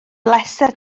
bleser